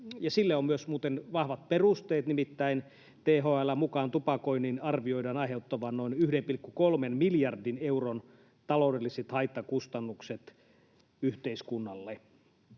muuten on myös vahvat perusteet, nimittäin THL:n mukaan tupakoinnin arvioidaan aiheuttavan noin 1,3 miljardin euron taloudelliset haittakustannukset yhteiskunnalle.